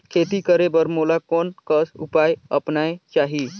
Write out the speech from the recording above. खेती करे बर मोला कोन कस उपाय अपनाये चाही?